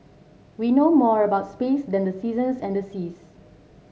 we know more about space than the seasons and the seas